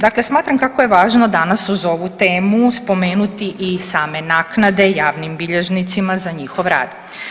Dakle, smatram kako je važno danas uz ovu temu spomenuti i same naknade javnim bilježnicima za njihov rad.